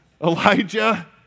Elijah